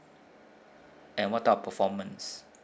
and what type of performance